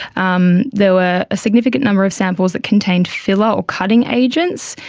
um there were a significant number of samples that contained filler or cutting agents,